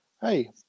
hey